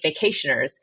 vacationers